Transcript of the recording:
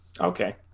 Okay